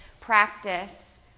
practice